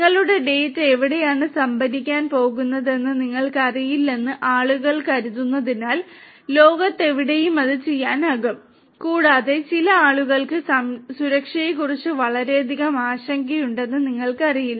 നിങ്ങളുടെ ഡാറ്റ എവിടെയാണ് സംഭരിക്കാൻ പോകുന്നതെന്ന് നിങ്ങൾക്കറിയില്ലെന്ന് ആളുകൾ കരുതുന്നതിനാൽ ലോകത്ത് എവിടെയും അത് ചെയ്യാനാകും കൂടാതെ ചില ആളുകൾക്ക് സുരക്ഷയെക്കുറിച്ച് വളരെയധികം ആശങ്കയുണ്ടെന്ന് നിങ്ങൾക്കറിയില്ല